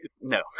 No